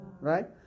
right